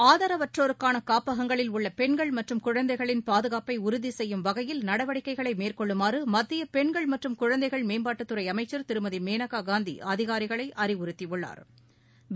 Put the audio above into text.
ஆதரவற்றோருக்கானஷாப்பகங்களில் உள்ளபெண்கள் மற்றும் குழந்தைகளின் பாதுகாப்பைஉறுதிசெய்யும் வகையில் நடவடிக்கைகளைமேற்கொள்ளுமாறுமத்தியபெண்கள் மற்றும் குழந்தைகள் மேம்பாட்டுத்துறைஅமைச்சர் திருமதிமேனகாகாந்தி அதிகாரிகளைஅறிவுறுத்தியுள்ளாா்